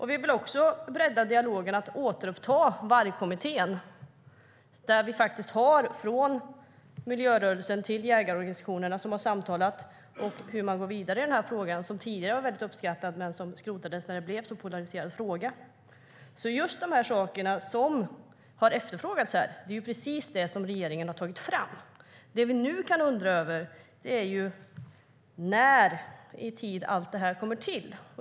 Vi vill också bredda dialogen om att återuppta Vargkommittén, där miljörörelsen och jägarorganisationerna har samtalat om hur man går vidare i den här frågan. Den var väldigt uppskattad men skrotades när det blev en sådan polariserad fråga. Just de saker som har efterfrågats här är alltså precis det som regeringen har tagit fram. Det vi nu kan undra över är när allt det här kommer till.